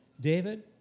David